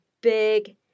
big